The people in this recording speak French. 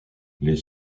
les